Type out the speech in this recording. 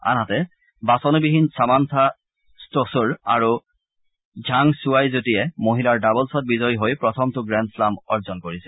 আনহাতে বাছনিবিহীন Samantha Stosur আৰু ঝাং খুৱাই যুটীয়ে মহিলাৰ ডাবলছত বিজয়ী হৈ প্ৰথমটো গ্ৰেণ্ডশ্ৰাম অৰ্জন কৰিছে